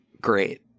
Great